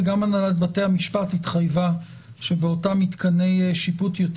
וגם הנהלת בתי המשפט התחייבה שבאותם מתקני שיפוט ישנים יותר